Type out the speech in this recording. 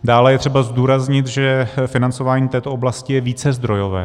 Dále je třeba zdůraznit, že financování této oblasti je vícezdrojové.